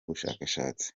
bushakashatsi